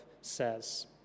says